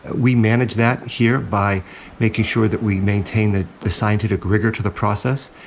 we manage that here by making sure that we maintain the the scientific rigor to the process,